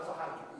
לא זחאלקֶה.